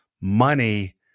money